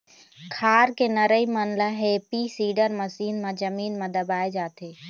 खार के नरई मन ल हैपी सीडर मसीन म जमीन म दबाए जाथे